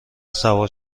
سوار